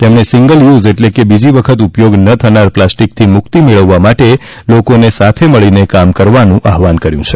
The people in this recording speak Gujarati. તેમણે સિંગલ યૂઝ એટલે કે બીજી વખત ઉપયોગ ન થનાર પ્લાસ્ટિકથી મુક્તિ મેળવવા માટે લોકોને સાથે મળીને કામ કરવાનું આહવાન કર્યું છે